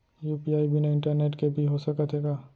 UPI बिना internet के भी हो सकत हे का?